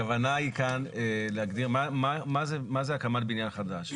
הכוונה היא כאן להגדיר מה זה הקמת בניין חדש,